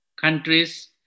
countries